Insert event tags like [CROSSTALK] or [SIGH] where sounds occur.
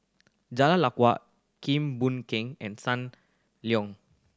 Jalan [UNINTELLIGIBLE] Kim Boon Keng and Sun Leong